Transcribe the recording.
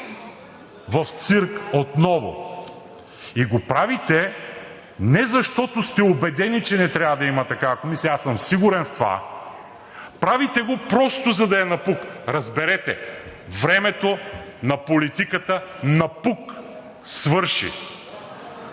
в цирк отново. И го правите, не защото сте убедени, че не трябва да има такава комисия, аз съм сигурен в това, правите го просто, за да е напук. Разберете – времето на политиката напук свърши!